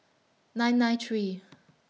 nine nine three